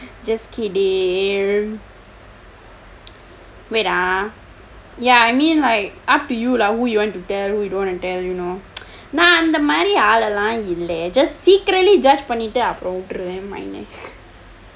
just kidding wait ah ya I mean like up to you lah who you want to tell who you don't want to tell you know நான் அந்த மாதிரி ஆள் எல்லாம் இல்லை:naan andtha maathiri aal ellaam illai just secretly judge பண்ணிட்டு அப்புறம் விட்டுருவேன:pannitdu appuram vitduruveen